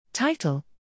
Title